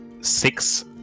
six